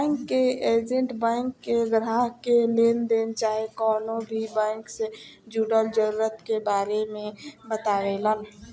bank के agent bank के ग्राहक के लेनदेन चाहे कवनो भी बैंक से जुड़ल जरूरत के बारे मे बतावेलन